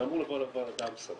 זה אמור לעבור לוועדה המסדרת?